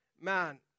man